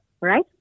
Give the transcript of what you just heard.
right